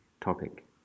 topic